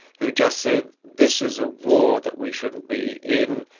who just said this is a war that we shouldn't be in,